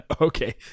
Okay